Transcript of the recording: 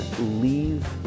leave